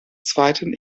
zweiten